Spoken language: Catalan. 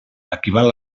equival